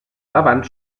davant